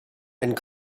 and